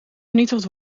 vernietigd